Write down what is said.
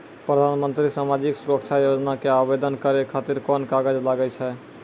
प्रधानमंत्री समाजिक सुरक्षा योजना के आवेदन करै खातिर कोन कागज लागै छै?